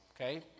okay